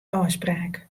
ôfspraak